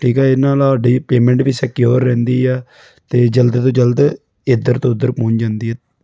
ਠੀਕ ਹੈ ਇਹ ਨਾਲ ਸਾਡੀ ਪੇਅਮੈਂਟ ਵੀ ਸਿਕਿਓਰ ਰਹਿੰਦੀ ਆ ਅਤੇ ਜਲਦ ਤੋਂ ਜਲਦ ਇੱਧਰ ਤੋਂ ਉੱਧਰ ਪਹੁੰਚ ਜਾਂਦੀ ਆ